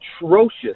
atrocious